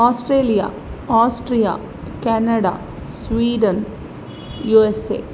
Australia Austria Canada Sweden USA